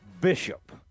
Bishop